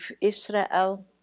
israel